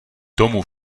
tomu